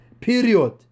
period